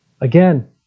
Again